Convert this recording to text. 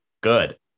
good